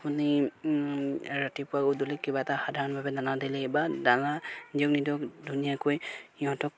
আপুনি ৰাতিপুৱা গধূলি কিবা এটা সাধাৰণভাৱে দানা দিলে বা দানা দিয়ক নিদিয়ক ধুনীয়াকৈ সিহঁতক